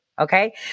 Okay